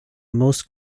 most